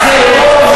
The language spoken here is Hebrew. אנחנו מזלזלים בהם?